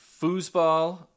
Foosball